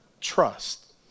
trust